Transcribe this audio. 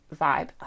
vibe